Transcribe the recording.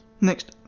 Next